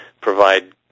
provide